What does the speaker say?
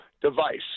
device